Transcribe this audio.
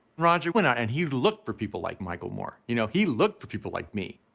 roger went out and he looked for people like michael moore, you know. he looked for people like me.